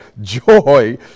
joy